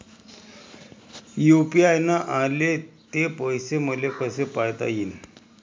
UPI न आले ते पैसे मले कसे पायता येईन?